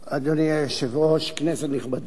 אדוני היושב-ראש, כנסת נכבדה,